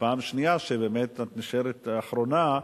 ופעם שנייה שבאמת את נשארת אחרונה,